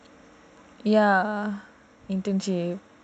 ya internship